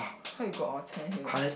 how you got orh cheh here